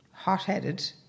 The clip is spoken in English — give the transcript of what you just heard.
hot-headed